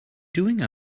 doing